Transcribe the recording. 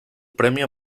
premio